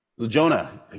Jonah